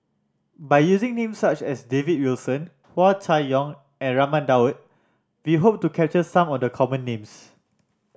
by using names such as David Wilson Hua Chai Yong and Raman Daud we hope to capture some of the common names